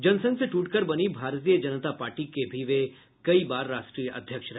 जनसंघ से ट्रटकर बनी भारतीय जनता पार्टी के भी वे कई बार राष्ट्रीय अध्यक्ष रहे